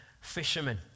fishermen